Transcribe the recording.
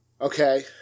Okay